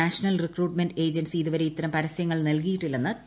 national recruitment agency ഇതുവരെ ഇത്തരം പരസ്യങ്ങൾ നൽകിയിട്ടില്ലെന്ന് പി